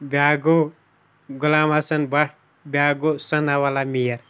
بیٛاکھ گوٚو غلام حسن بٹ بیٛاکھ گوٚو ثناءاللہ میٖر